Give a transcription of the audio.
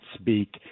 speak